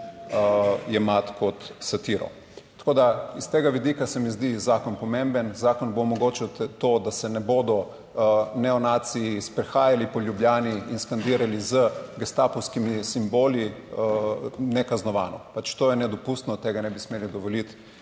jemati kot satiro. Tako da iz tega vidika se mi zdi zakon pomemben. Zakon bo omogočil to, da se ne bodo neonaci sprehajali po Ljubljani in skandirali z gestapovskimi simboli: nekaznovano. Pač, to je nedopustno, tega ne bi smeli dovoliti